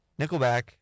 Nickelback